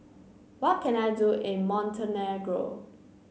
what can I do in Montenegro